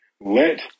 let